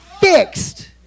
fixed